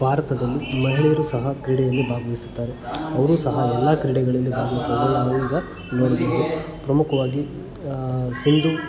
ಭಾರತದಲ್ಲಿ ಮಹಿಳೆಯರು ಸಹ ಕ್ರೀಡೆಯಲ್ಲಿ ಭಾಗವಹಿಸುತ್ತಾರೆ ಅವರೂ ಸಹ ಎಲ್ಲಾ ಕ್ರೀಡೆಗಳಲ್ಲಿ ಭಾಗವಹಿಸೋದು ನಾವು ಈಗ ನೋಡಬಹುದು ಪ್ರಮುಖವಾಗಿ ಸಿಂಧು